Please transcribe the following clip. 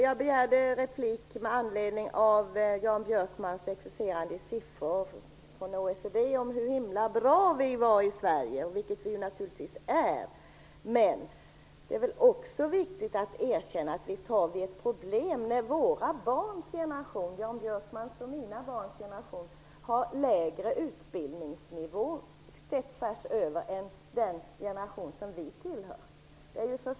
Jag begärde replik med anledning av Jan Björkmans exercerande med siffror från OECD om hur bra vi är i Sverige. Det är vi naturligtvis, men det är också viktigt att erkänna att vi har ett problem med våra barns generation. Jan Björkmans och mina barns generation har lägre utbildningsnivå sett tvärs över än vad den generation har som vi tillhör.